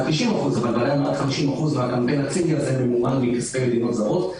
ל-90% מהקמפיין הציני הזה ממומן מכספי מדינות זרות.